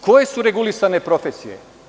Koje su regulisane profesije?